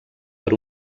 per